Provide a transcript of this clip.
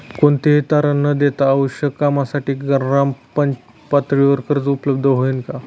कोणतेही तारण न देता आवश्यक कामासाठी ग्रामपातळीवर कर्ज उपलब्ध होईल का?